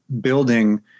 building